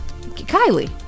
Kylie